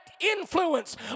influence